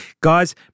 guys